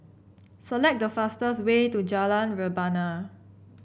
select the fastest way to Jalan Rebana